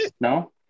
No